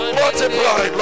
multiply